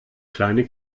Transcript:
kleine